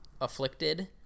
afflicted